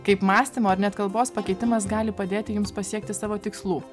kaip mąstymo ir net kalbos pakeitimas gali padėti jums pasiekti savo tikslų